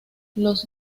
los